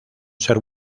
ser